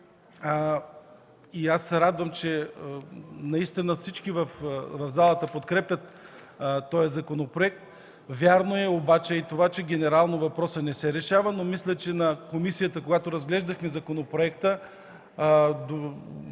й. Радвам се, че наистина всички в залата подкрепят този законопроект. Вярно е и това, че генерално въпросът не се решава, но мисля, че в комисията, когато разглеждахме законопроекта,